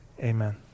amen